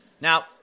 Now